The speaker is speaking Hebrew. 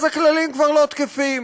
אז הכללים כבר לא תקפים,